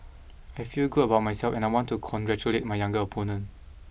I feel good about myself and I want to congratulate my younger opponent